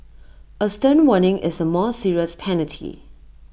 A stern warning is A more serious penalty